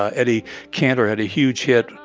eddie cantor had a huge hit,